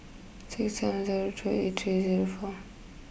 six seven zero three eight three zero four